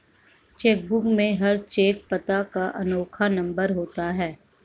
check book में हर cheque पता का अनोखा नंबर होता है